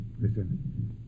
Listen